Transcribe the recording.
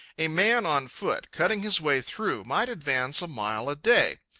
a man, on foot, cutting his way through, might advance a mile a day,